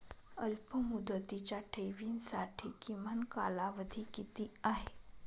अल्पमुदतीच्या ठेवींसाठी किमान कालावधी किती आहे?